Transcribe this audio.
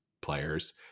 players